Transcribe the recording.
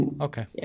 okay